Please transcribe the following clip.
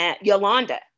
Yolanda